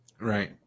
Right